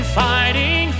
fighting